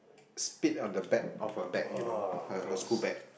split on the back of a bag you know her her school bag